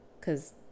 Cause